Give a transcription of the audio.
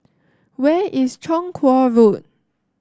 where is Chong Kuo Road